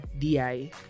Di